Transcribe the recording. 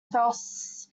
fosse